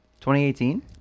2018